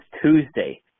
Tuesday